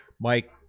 mike